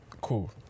cool